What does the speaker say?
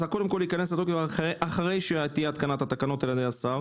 קודם כל זה ייכנס לתוקף רק אחרי שתהיה התקנת תקנות על ידי השר.